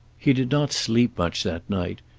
he did not sleep much that night.